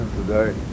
today